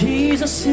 Jesus